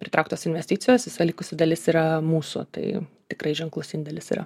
pritrauktos investicijos visa likusi dalis yra mūsų tai tikrai ženklus indėlis yra